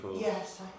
Yes